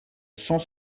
cent